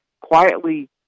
quietly